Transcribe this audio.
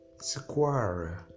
Square